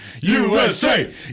USA